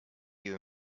you